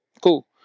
Cool